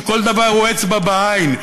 שכל דבר הוא אצבע בעין,